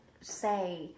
say